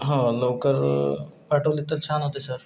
हो लवकर पाठवली तर छान होते सर